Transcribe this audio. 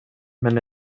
men